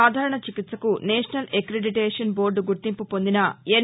సాధారణ చికిత్సకు national accreditation board గుర్తింపు పొందిన ఎన్